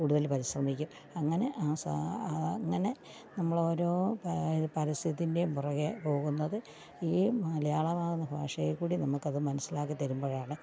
കൂടുതൽ പരിശ്രമിക്കും അങ്ങനെ ആ ആ അങ്ങനെ നമ്മളോരോ പരസ്യത്തിന്റേം പുറകെ പോകുന്നത് ഈ മലയാളമാകുന്ന ഭാഷേക്കൂടി നമുക്കത് മനസ്സിലാക്കി തരുമ്പോഴാണ്